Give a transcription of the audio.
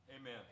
Amen